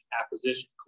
acquisition